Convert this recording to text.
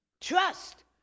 Trust